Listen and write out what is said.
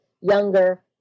younger